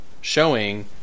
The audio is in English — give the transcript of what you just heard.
showing